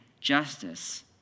justice